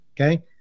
Okay